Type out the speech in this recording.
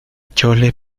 chole